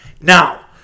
Now